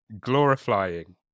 Glorifying